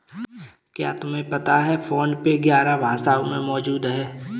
क्या तुम्हें पता है फोन पे ग्यारह भाषाओं में मौजूद है?